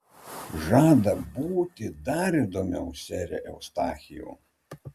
žada būti dar įdomiau sere eustachijau